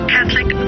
Catholic